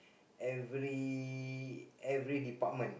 every every department